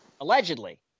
Allegedly